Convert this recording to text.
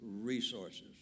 resources